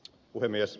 puhemies